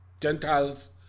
Gentiles